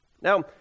Now